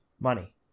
Money